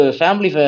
family